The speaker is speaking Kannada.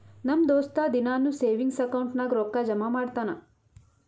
ನಮ್ ದೋಸ್ತ ದಿನಾನೂ ಸೇವಿಂಗ್ಸ್ ಅಕೌಂಟ್ ನಾಗ್ ರೊಕ್ಕಾ ಜಮಾ ಮಾಡ್ತಾನ